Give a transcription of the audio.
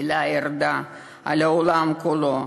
אפלה ירדה על העולם כולו.